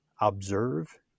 Observe